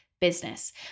business